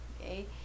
okay